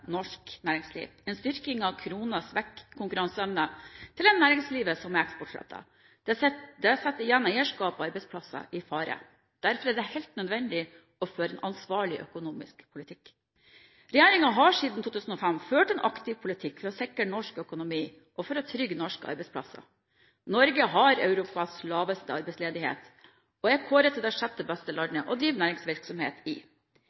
norsk næringsliv. En styrking av kronen svekker konkurranseevnen til det næringslivet som er eksportrettet. Det setter igjen eierskap og arbeidsplasser i fare. Derfor er det helt nødvendig å føre en ansvarlig økonomisk politikk. Regjeringen har siden 2005 ført en aktiv politikk for å sikre norsk økonomi og for å trygge norske arbeidsplasser. Norge har Europas laveste arbeidsledighet og er kåret til det sjette beste landet å drive næringsvirksomhet i.